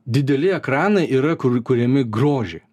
dideli ekranai yra kur kuriami grožiui